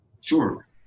Sure